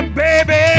baby